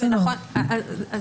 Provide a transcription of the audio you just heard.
נכון להיום,